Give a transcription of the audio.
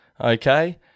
Okay